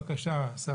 בבקשה, השר.